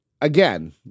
again